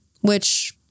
which-